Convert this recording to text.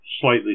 slightly